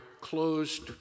closed